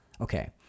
Okay